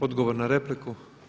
Odgovor na repliku.